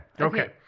Okay